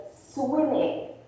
swimming